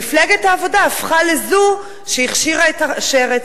מפלגת העבודה הפכה לזו שהכשירה את השרץ.